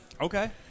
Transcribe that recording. Okay